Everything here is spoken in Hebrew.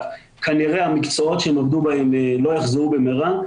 כנראה המקצועות שהם עבדו בהם לא יחזרו במהרה,